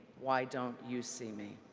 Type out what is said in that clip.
why don't you see me?